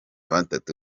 batatu